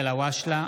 אלהואשלה,